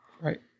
Right